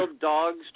dogs